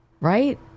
right